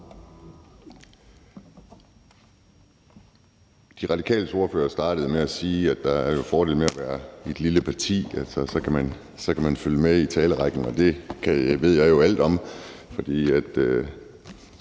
De Radikales ordfører startede med at sige, at der jo er fordele ved at være et lille parti, for så kan man følge med i talerrækken, og det ved jeg jo alt om,